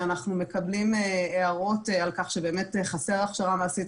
ואנחנו מקבלים הערות על כך שבאמת חסרה הכשרה מעשית,